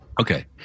Okay